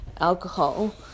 alcohol